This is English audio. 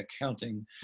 accounting